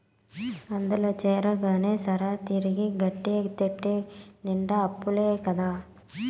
అందుల చేరగానే సరా, తిరిగి గట్టేటెట్ట నిండా అప్పులే కదా